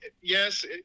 yes